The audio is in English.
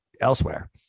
elsewhere